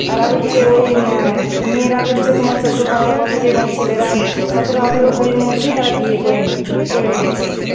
তারা হচ্ছে ওই মেয়েরা হচ্ছে তোমার চোদ্দো পনেরো বছরে এবং ছেলেরা সতেরো আঠেরো কুড়ির মধ্যেই তারা বিয়ে করে করে নিচ্ছে